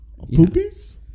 Poopies